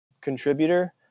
contributor